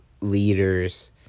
leaders